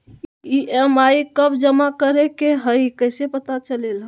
EMI कव जमा करेके हई कैसे पता चलेला?